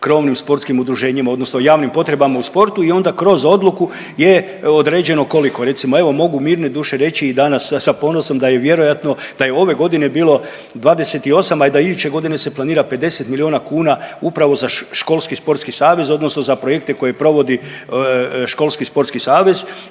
krovnim sportskim udruženjima, odnosno javnim potrebama u sportu i onda kroz odluku je određeno koliko? Recimo evo mogu mirne duše reći i danas da sam ponosan da je vjerojatno, da je ove godine bilo 28, a da iduće godine se planira 50 milijuna kuna upravo za školski sportski savez, odnosno za projekte koje provodi školski sportski savez.